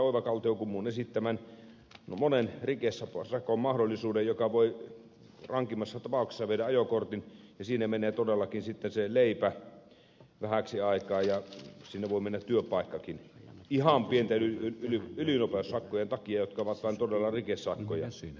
oiva kaltiokummun esittämän monen rikesakon mahdollisuuden joka voi rankimmassa tapauksessa viedä ajokortin ja siinä menee todellakin sitten se leipä vähäksi aikaa ja siinä voi mennä työpaikkakin ihan pienten ylinopeussakkojen takia jotka ovat vain todella rikesakkoja